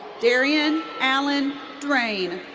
darian alan drain.